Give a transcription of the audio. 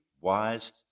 wise